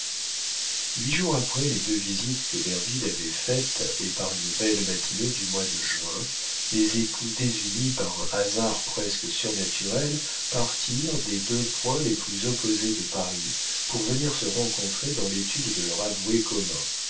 huit jours après les deux visites que derville avait faites et par une belle matinée du mois de juin les époux désunis par un hasard presque surnaturel partirent des deux points les plus opposés de paris pour venir se rencontrer dans l'étude de leur avoué commun